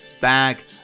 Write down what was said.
bag